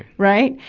right.